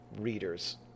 Readers